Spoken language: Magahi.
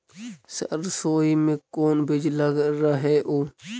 सरसोई मे कोन बीज लग रहेउ?